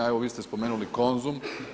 Evo vi ste spomenuli Konzum.